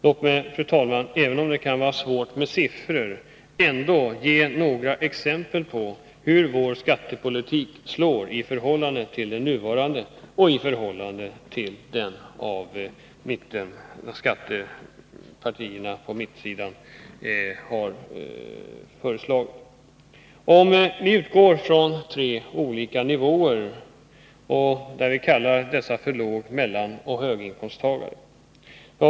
Låt mig, fru talman, även om det kan vara svårt med siffror, ändå ge några exempel på hur vår skattepolitik slår i förhållande till den nuvarande och i förhållande till den föreslagna. Vi utgår från tre olika nivåer och kallar dessa för låg-, mellanoch höginkomsttagare.